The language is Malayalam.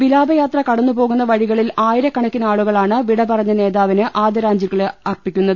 വിലാപയാത്ര കടന്നുപോ കുന്ന വഴികളിൽ ആയിരക്കണക്കിന് ആളുകളാണ് വിടപറഞ്ഞ നേതാവിന് ആദരാഞ്ജലികൾ അർപ്പിക്കുന്നത്